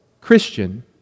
Christian